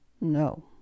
No